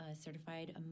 certified